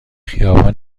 خیابان